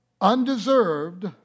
undeserved